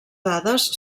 dades